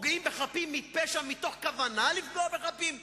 פוגעים בחפים מפשע מתוך כוונה לפגוע בחפים מפשע?